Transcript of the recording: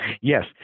Yes